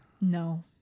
No